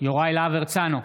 יוראי להב הרצנו,